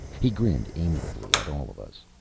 he grinned amiably at all of us.